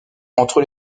entre